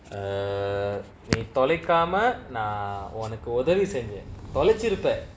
err நீ தொலைக்காம நா ஒனக்கு ஒதவி செஞ்சன் தொலச்சிருப்ப:nee tholaikaama na onaku othavi senjan tholachirupa